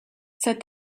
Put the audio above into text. said